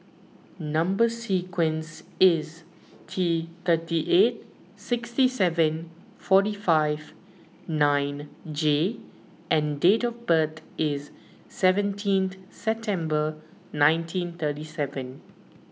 Number Sequence is T thirty eight sixty seven forty five nine J and date of birth is seventeen September one nineteen thirty seven